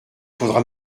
faudra